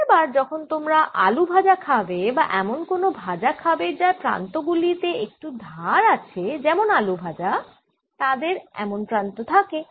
পরের বার যখন তোমরা আলু ভাজা খাবে বা এমন কোন ভাজা খাবে যার প্রান্ত গুলি একটু ধার আছে যেমন আলু ভাজা তাদের এমন প্রান্ত থাকে